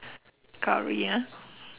curry ah